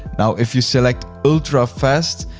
now, if you select ultra fast,